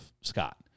Scott